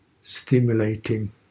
stimulating